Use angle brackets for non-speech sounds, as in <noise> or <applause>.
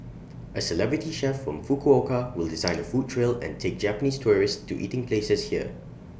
A celebrity chef from Fukuoka will design <noise> A food trail and take Japanese tourists to eating places here